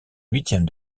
huitièmes